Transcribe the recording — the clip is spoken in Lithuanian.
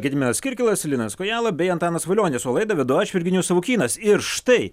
gediminas kirkilas linas kojala bei antanas valionis o laidą vedu aš virginijus savukynas ir štai